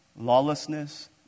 lawlessness